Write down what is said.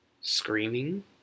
screaming